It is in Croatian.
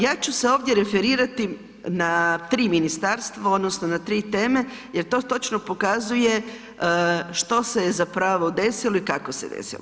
Ja ću se ovdje referirati na 3 ministarstva odnosno na 3 teme jer to točno pokazuje što se je zapravo desilo i kako se desilo.